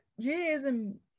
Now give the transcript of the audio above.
judaism